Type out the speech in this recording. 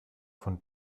von